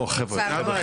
נכון,